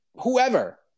whoever